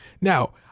Now